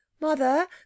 mother